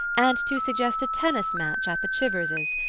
and to suggest a tennis match at the chiverses',